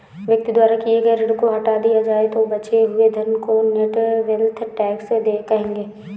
व्यक्ति द्वारा लिए गए ऋण को हटा दिया जाए तो बचे हुए धन को नेट वेल्थ टैक्स कहेंगे